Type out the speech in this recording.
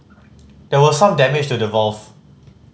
there was some damage to the valve